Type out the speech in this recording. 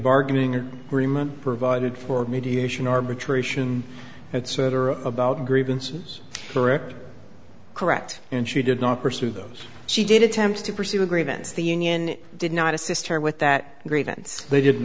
bargaining agreement provided for mediation arbitration etc about grievances correct correct and she did not pursue those she did attempt to perceive a grievance the union did not assist her with that grievance they didn't